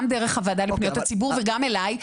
גם דרך הוועדה לפניות הציבור וגם אלי'.